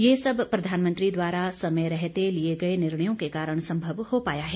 ये सब प्रधानमंत्री द्वारा समय रहते लिए गए निर्णयों के कारण सम्भव हो पाया है